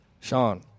Sean